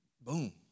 boom